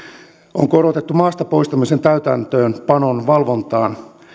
maastapoistamisen täytäntöönpanon valvontaan